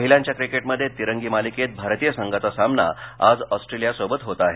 महिलांच्या क्रिकेटमध्ये तिरंगी मालिकेत भारतीय संघाचा सामना आज ऑस्ट्रेलियासोबत होत आहे